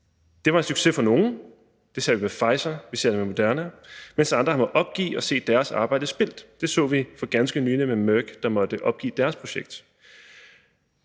Det var en succes for nogle – det har vi set med Pfizer og Moderna – mens andre har måttet opgive og se deres arbejde spildt. Det så vi for ganske nylig med Merck, der måtte opgive deres projekt.